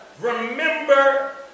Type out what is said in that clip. Remember